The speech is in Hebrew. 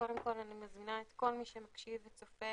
קודם כל אני מזמינה את כל מי שמקשיב וצופה